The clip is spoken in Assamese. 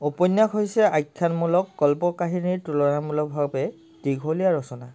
উপন্যাস হৈছে আখ্যানমূলক কল্পকাহিনীৰ তুলনামূলকভাৱে দীঘলীয়া ৰচনা